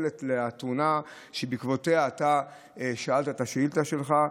אינן דומות לתאונה שבעקבותיה אתה שאלת את השאילתה שלך.